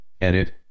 Edit